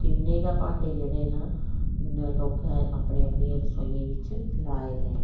कि'न्ने गै भांडे जेह्डे़ न लोकें अपनी अपनी रसोइयें च लाए दे न